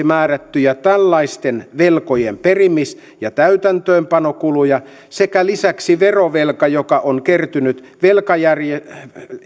määrättyjä tällaisten velkojen perimis ja täytäntöönpanokuluja sekä lisäksi verovelkaa joka on kertynyt velkajärjestelyn